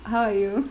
how are you